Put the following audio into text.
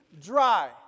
dry